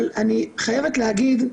אבל אני חייבת להגיד,